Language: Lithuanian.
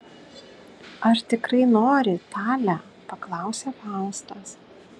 ar tikrai nori tale paklausė faustas